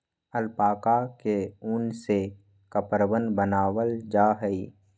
alpaca के उन से कपड़वन बनावाल जा हई